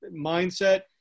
mindset